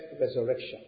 resurrection